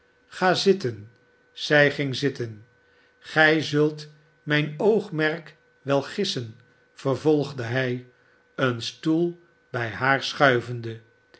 ga zitten zij ging zitten i gij zult mijn oogmerk wel gissen vervolgde hij een stoel bij haar schuivende